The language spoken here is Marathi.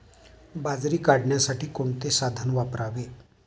बाजरी काढण्यासाठी कोणते साधन वापरावे?